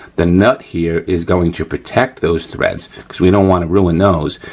the nut here is going to protect those threads cause we don't wanna ruin those.